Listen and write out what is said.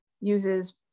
uses